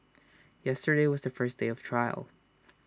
yesterday was the first day of trial